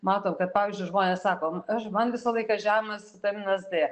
matom kad pavyzdžiui žmonės sakom aš man visą laiką žemas vitaminas d